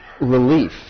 relief